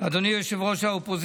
אדוני ראש האופוזיציה,